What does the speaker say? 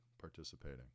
participating